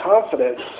confidence